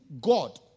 God